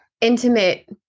intimate